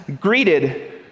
greeted